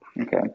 Okay